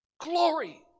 Glory